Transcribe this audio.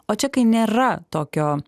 o čia kai nėra tokio